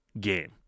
game